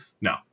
No